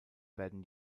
werden